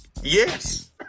Yes